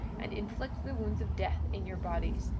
and inflict the wounds of death in your bodies,